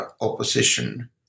opposition